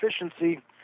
efficiency